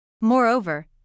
Moreover